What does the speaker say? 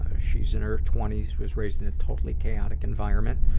ah she's in her twenty s, was raised in a totally chaotic environment.